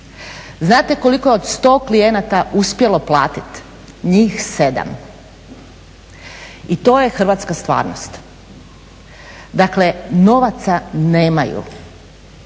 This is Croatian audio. Znate koliko je od 100 klijenata uspjelo platiti? Njih 7. I to je hrvatska stvarnost. Dakle, novaca nemaju.